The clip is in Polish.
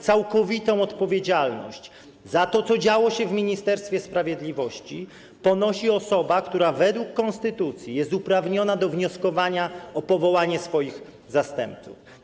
Całkowitą odpowiedzialność za to, co działo się w Ministerstwie Sprawiedliwości, ponosi osoba, która według konstytucji jest uprawniona do wnioskowania o powołanie swoich zastępców.